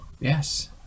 yes